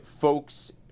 folks